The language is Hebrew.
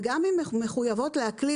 וגם אם הן מחויבות להקליט,